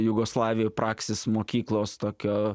jugoslavijoj praksis mokyklos tokio